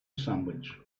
sandwich